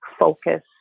focus